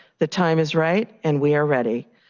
the time is right, and we are ready.